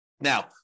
Now